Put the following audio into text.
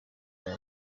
aba